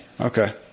Okay